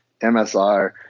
MSR